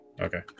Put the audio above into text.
Okay